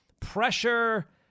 Pressure